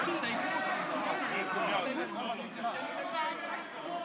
קרעי, אתה עם נתניהו.